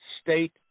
state